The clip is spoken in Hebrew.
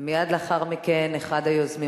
ומייד לאחר מכן אחד היוזמים,